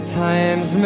times